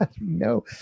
No